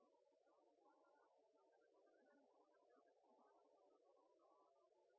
i det